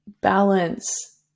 balance